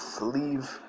leave